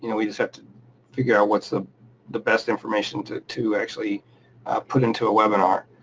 you know we just have to figure out what's the the best information to to actually put into a webinar.